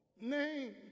name